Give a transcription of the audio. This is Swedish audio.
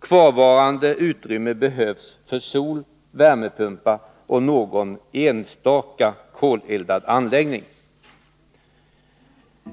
Kvarvarande utrymme behövs för soloch värmepumpar och någon enstaka koleldad anläggning.